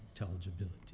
intelligibility